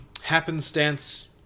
Happenstance